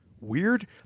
weird